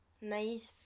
nice